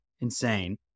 insane